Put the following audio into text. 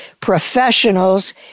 Professionals